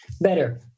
better